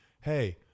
hey